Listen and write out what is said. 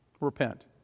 repent